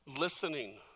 listening